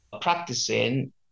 practicing